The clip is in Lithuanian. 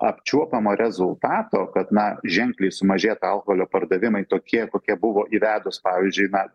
apčiuopiamo rezultato kad na ženkliai sumažėtų alkoholio pardavimai tokie kokie buvo įvedus pavyzdžiui na